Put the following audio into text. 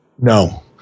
No